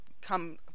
come